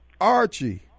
Archie